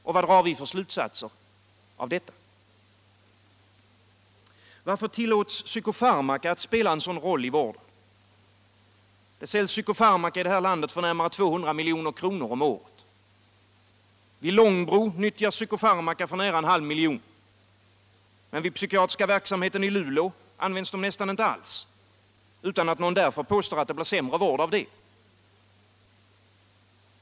Och vad drar vi för slutsatser av detta? Varför tillåts psykofarmaka att spela en sådan roll i vården? Det säljs psykofarmaka i det här landet för närmare 200 milj.kr. om året. Vid Långbro nyttjas psykofarmaka för nära en halv miljon. Men i den psykiatriska verksamheten i Luleå används de nästan inte alls, utan att någon därför påstår att vården blir sämre.